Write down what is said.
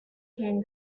can